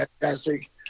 fantastic